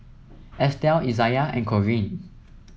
Estel Izaiah and Corene